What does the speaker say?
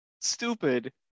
stupid